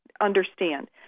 understand